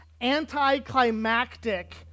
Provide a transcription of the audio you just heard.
anticlimactic